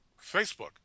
Facebook